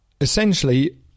essentially